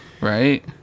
right